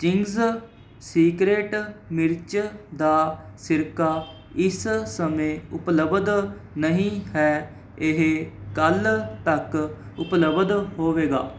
Ching's secret ਮਿਰਚ ਦਾ ਸਿਰਕਾ ਇਸ ਸਮੇਂ ਉਪਲਬਧ ਨਹੀਂ ਹੈ ਇਹ ਕੱਲ੍ਹ ਤੱਕ ਉਪਲਬਧ ਹੋਵੇਗਾ